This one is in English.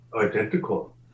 identical